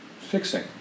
fixing